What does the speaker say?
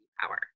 power